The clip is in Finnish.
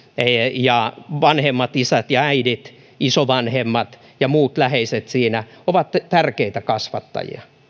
ja vanhemmat isät ja äidit isovanhemmat ja muut läheiset siinä ovat tärkeitä kasvattajia